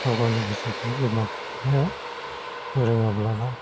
गाव गावनि भासाखौ बिमा बिफाया फोरोङाब्लालाय